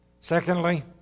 Secondly